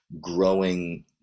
growing